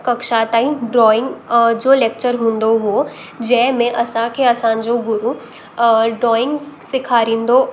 कक्षा ताईं drawing drawing जो लैक्चर हूंदो हुयो जंहिंमें असांखे असांजो गुरु ड्रॉइंग सेखारींदो